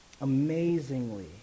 amazingly